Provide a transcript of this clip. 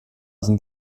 sind